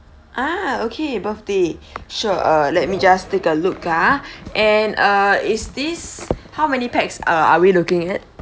ah okay birthday sure uh let me just take a look ah and uh is this how many pax uh are we looking at